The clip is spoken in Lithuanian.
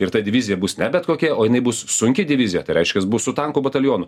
ir ta divizija bus ne bet kokia o jinai bus sunki divizija tai reiškias bus su tankų batalionu